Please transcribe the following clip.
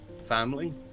family